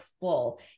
full